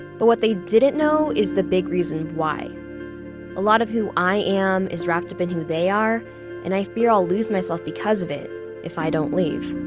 but what they didn't know is the big reason why a lot of who i am is wrapped up in who they are and i fear i'll lose myself because of it if i don't leave.